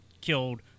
killed